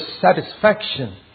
satisfaction